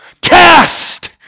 Cast